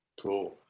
Cool